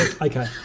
Okay